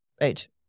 age